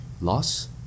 loss